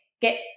get